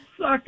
Suck